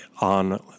on